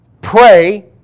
Pray